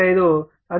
5 1